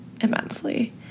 immensely